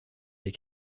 des